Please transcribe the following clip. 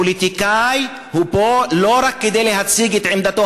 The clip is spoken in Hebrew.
פוליטיקאי הוא פה לא רק כדי להציג את עמדתו